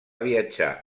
viatjar